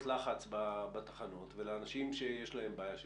לחץ בתחנות ולאנשים שיש להם בעיית מוגבלות,